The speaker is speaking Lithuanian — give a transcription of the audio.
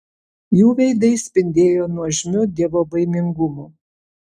jų veidai spindėjo nuožmiu dievobaimingumu